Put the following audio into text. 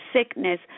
sickness